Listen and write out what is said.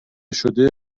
شده